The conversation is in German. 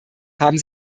haben